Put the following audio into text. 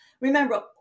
Remember